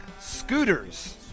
scooters